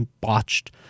botched